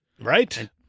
Right